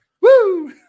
Woo